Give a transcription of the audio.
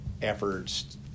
efforts